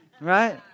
Right